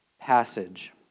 passage